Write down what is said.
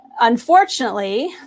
unfortunately